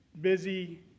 busy